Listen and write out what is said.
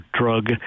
drug